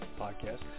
podcast